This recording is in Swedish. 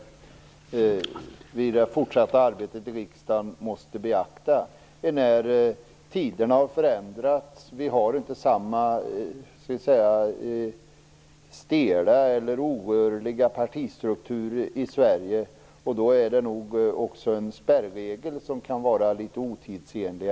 Vid det fortsatta arbetet i riksdagen måste vi beakta att tiderna har förändrats. Vi har inte samma stela eller orörliga partistrukturer i Sverige som tidigare. Därför är nog denna spärregel litet otidsenlig.